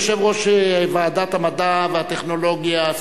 יושב-ראש ועדת המדע והטכנולוגיה,